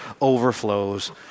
overflows